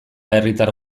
herritar